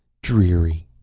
dreary,